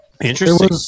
Interesting